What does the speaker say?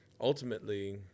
ultimately